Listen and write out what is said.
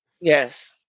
Yes